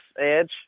Edge